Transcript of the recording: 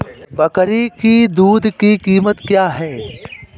बकरी की दूध की कीमत क्या है?